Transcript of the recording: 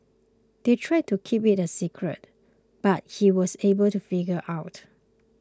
they tried to keep it a secret but he was able to figure out